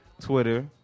Twitter